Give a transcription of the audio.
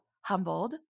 humbled